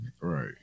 Right